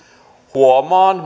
huomaan